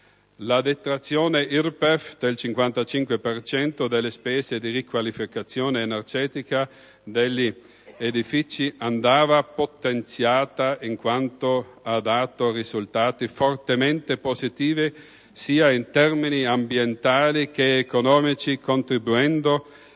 La detrazione IRPEF del 55 per cento delle spese di riqualificazione energetica degli edifici andava potenziata in quanto ha dato risultati fortemente positivi sia in termini ambientali che economici contribuendo